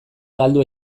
galdu